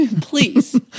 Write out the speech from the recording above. Please